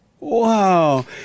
Wow